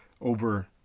over